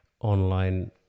online